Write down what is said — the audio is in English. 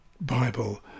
Bible